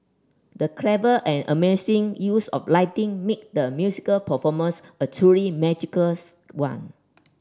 the clever and amazing use of lighting made the musical performance a truly magical one